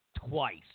twice